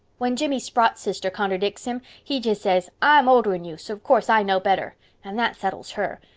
when jimmy sprott's sister conterdicks him he just says, i'm oldern you, so of course i know better and that settles her.